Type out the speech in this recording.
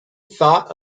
thought